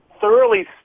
thoroughly